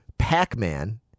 Pac-Man